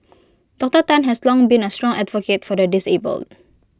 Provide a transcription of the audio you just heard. Doctor Tan has long been A strong advocate for the disabled